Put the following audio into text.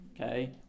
Okay